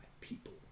people